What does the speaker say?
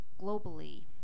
globally